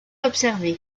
observé